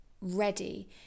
ready